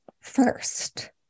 first